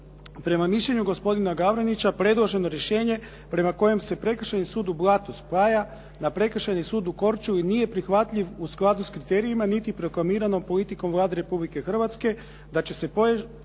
Prema mišljenju gospodina Gavranića predloženo rješenje prema kojem se prekršajni sud u Blatu spaja na prekršajni sud u Korčuli nije prihvatljiv u skladu sa kriterijima niti proklamiranom politikom Vlade Republike Hrvatske da se postojeće